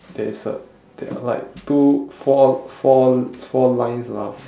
there is a there are like two four four four lines of